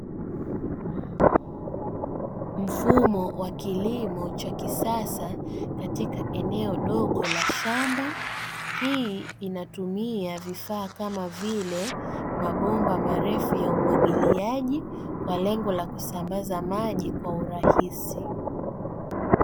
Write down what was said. Mfumo wa kilimo cha kisasa katika eneo dogo la shamba. Hii inatumia vifaa kama vile mabomba marefu ya umwagiliaji kwa lengo la kusambaza maji kwa urahisi.